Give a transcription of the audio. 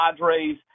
Padres